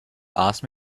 asked